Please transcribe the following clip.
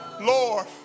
Lord